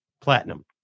Platinum